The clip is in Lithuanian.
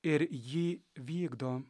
ir jį vykdo